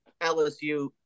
LSU